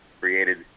created